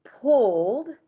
pulled